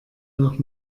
nach